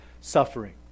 suffering